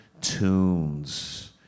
Tunes